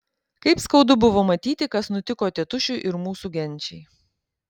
kaip skaudu buvo matyti kas nutiko tėtušiui ir mūsų genčiai